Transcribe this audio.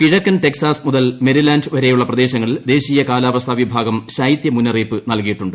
കിഴക്കൻ ടെക്സാസ് മുതൽ മെരിലാന്റ് വരെയുള്ള പ്രദേശങ്ങളിൽ ശ്ദ്ദേശ്രീയ കാലാവസ്ഥാ വിഭാഗം ശൈത്യ മുന്നറിയിപ്പ് നല്കിയിട്ടുണ്ട്